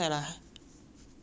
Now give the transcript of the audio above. too dumb for that lah